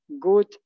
good